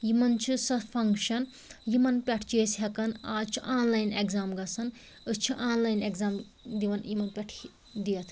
یِمن چھِ سۄ فنٛگشَن یِمن پٮ۪ٹھ چھِ أسۍ ہٮ۪کان آز چھِ آن لایَن اٮ۪گزام گَژھان أسۍ چھِ آن لایَن اٮ۪گزام دِوان یِمَن پٮ۪ٹھ یہِ دِتھ